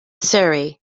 surrey